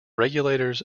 regulators